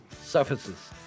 surfaces